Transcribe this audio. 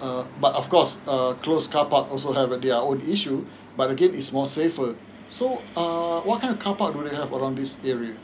uh but of course err closed car park also have their own issue but again is more safer so uh what kind of car park do they have around this area